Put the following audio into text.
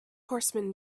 horseman